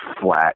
flat